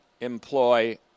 employ